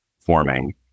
forming